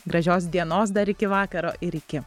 gražios dienos dar iki vakaro ir iki